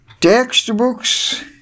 Textbooks